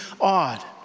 awed